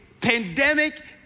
pandemic